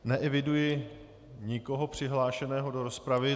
Neeviduji nikoho přihlášeného do rozpravy.